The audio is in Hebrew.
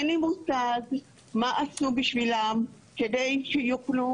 אין לחי מושג מה עשו בשבילם כדי שיוכלו